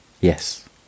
Yes